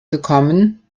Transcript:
gekommen